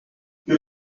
que